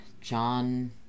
John